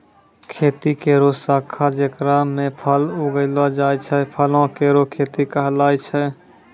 खेती केरो शाखा जेकरा म फल उगैलो जाय छै, फलो केरो खेती कहलाय छै